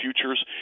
futures